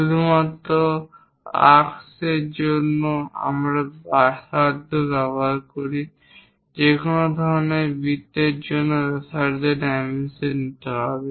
শুধুমাত্র আর্কসের জন্য আমরা ব্যাসার্ধ ব্যবহার করি যেকোনো ধরনের বৃত্তের জন্য ব্যাসার্ধের ডাইমেনশন নিয়ে যেতে হবে